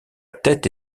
tête